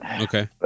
Okay